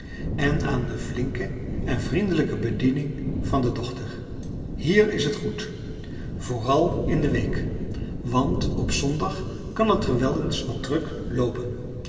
en aan de flinke en vriendelijke bediening van de dochter hier is het goed vooral in de week want op zondag kan het er wel eens wat druk loopen